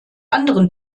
anderen